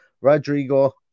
Rodrigo